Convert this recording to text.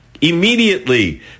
Immediately